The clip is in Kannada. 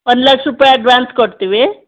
ಒಂದು ಲಕ್ಷ ರೂಪಾಯಿ ಅಡ್ವಾನ್ಸ್ ಕೊಡ್ತೀವಿ